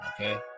okay